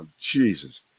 Jesus